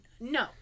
no